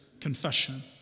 confession